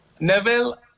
Neville